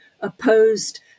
opposed